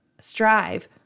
strive